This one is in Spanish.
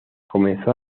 comenzó